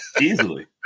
Easily